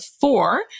four